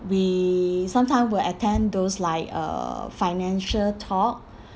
we sometime will attend those like uh financial talk